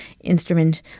instrument